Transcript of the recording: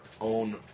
own